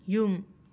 ꯌꯨꯝ